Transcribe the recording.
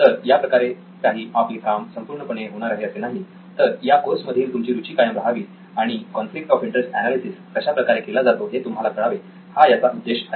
तर याप्रकारे काही आपले काम संपूर्णपणे होणार आहे असे नाही तर या कोर्स मधली तुमची रुची कायम राहावी आणि कॉन्फ्लिक्ट ऑफ इंटरेस्ट एनालिसिस कशा प्रकारे केला जातो हे तुम्हाला कळावे हा याचा उद्देश आहे